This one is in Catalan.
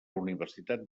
universitat